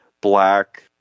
black